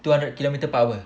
two hundred kilometre power